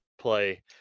play